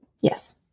Yes